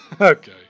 Okay